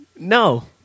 No